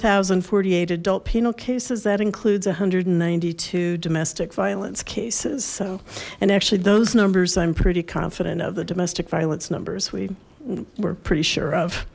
thousand forty eight adult penal cases that includes one hundred and ninety two domestic violence cases so and actually those numbers i'm pretty confident of the domestic violence numbers we were pretty sure of